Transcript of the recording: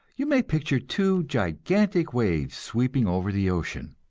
you may picture two gigantic waves sweeping over the ocean.